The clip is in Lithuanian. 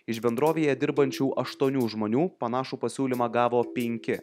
iš bendrovėje dirbančių aštuonių žmonių panašų pasiūlymą gavo penki